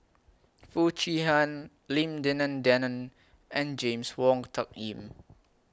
Foo Chee Han Lim Denan Denon and James Wong Tuck Yim